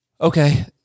Okay